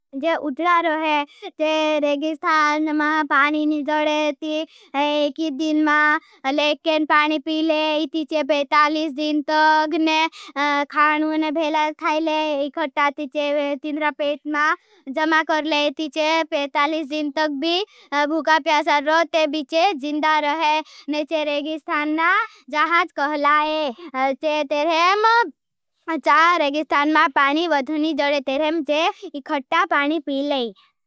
जे उठड़ा रहे जे रेगिस्थान मा पानी नी जड़ेती। एकी दिन मा लेकेन पानी पीले इती। चे पणतलीस दिन तक ने खानून भेलाज थाईले। इखटा ती चे तीनरा पेट मा जमा करले। इती चे पणतलीस दिन तक भी भुका प्यासा रो ते बीचे जिन्दा रहे ने चे। रेगिस्थान मा जहाँज कहलाई चे। तेरेम चा रेगिस्थान मा पानी वधुनी जड़े तेरेम चे इख़टा पानी पीले।